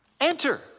Enter